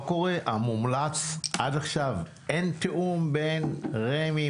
מומלץ עד עכשיו אין תיאום בין רמ"י,